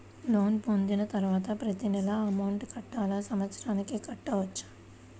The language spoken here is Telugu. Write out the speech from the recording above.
లోన్ పొందిన తరువాత ప్రతి నెల అమౌంట్ కట్టాలా? సంవత్సరానికి కట్టుకోవచ్చా?